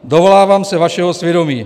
Dovolávám se vašeho svědomí.